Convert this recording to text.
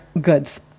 goods